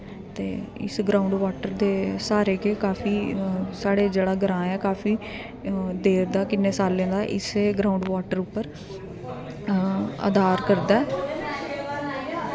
ते इस ground water दे स्हारे गै काफी साढ़ा जेह्ड़ा ग्रांऽ ऐ काफी देर दा इ'न्ने सालें दा इस्सै ग्रांउड वॉटर उप्पर आधार करदा ऐ